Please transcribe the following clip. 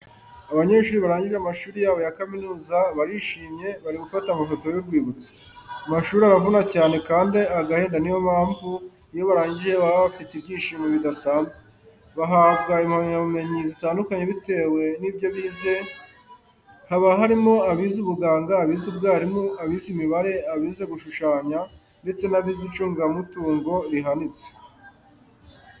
Abanyeshuri barangije amashuri yabo ya kaminuza, barishimye, bari gufata amafoto y'urwibutso. Amashuri aravunana cyane kandi agahenda niyo mpamvu iyo barangije baba bafite ibyishimo bidasanzwe. Bahabwa impamya bumenyi zitandukanye bitewe n'ibyo bize, haba harimo abize ubuganga, abize ubwarimu, abize imibare, abize gushushanya, ndetse n'abize icunga mutungo rihanitse.